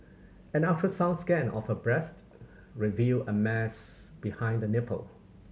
an ultrasound scan of her breast revealed a mass behind the nipple